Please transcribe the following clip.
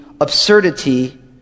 absurdity